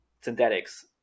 synthetics